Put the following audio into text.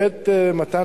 בעת מתן